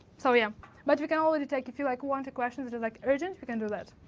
so yeah but we can already take a few like one, two question that are like urgent. we can do that.